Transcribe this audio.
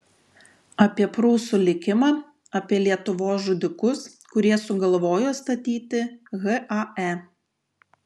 apie prūsų likimą apie lietuvos žudikus kurie sugalvojo statyti hae